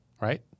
right